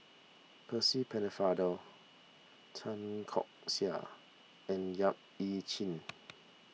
Percy Pennefather Tan Keong Saik and Yap Ee Chian